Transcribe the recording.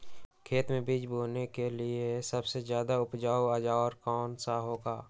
खेत मै बीज बोने के लिए सबसे ज्यादा उपयोगी औजार कौन सा होगा?